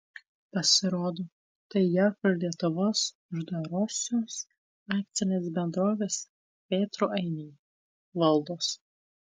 pasirodo tai jav ir lietuvos uždarosios akcinės bendrovės vėtrų ainiai valdos